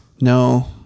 No